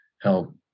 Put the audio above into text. help